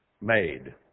made